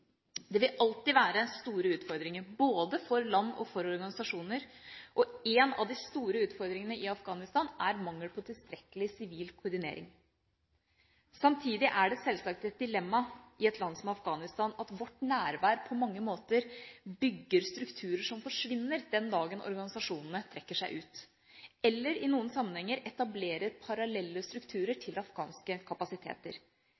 Det vil alltid være store utfordringer både for land og for organisasjoner, og en av de store utfordringene i Afghanistan er mangel på tilstrekkelig sivil koordinering. Samtidig er det sjølsagt et dilemma i et land som Afghanistan at vårt nærvær på mange måter bygger strukturer som forsvinner den dagen organisasjonene trekker seg ut, eller i noen sammenhenger etablerer parallelle strukturer